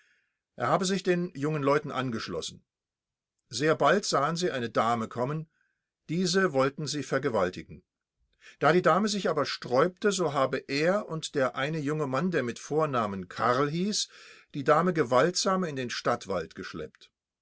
er habe sich den jungen leuten angeschlossen sehr bald sahen sie eine dame kommen diese wollten ten sie vergewaltigen da die dame sich aber sträubte so habe er und der eine junge mann der mit vornamen karl hieß die dame gewaltsam in den stadtwald geschleppt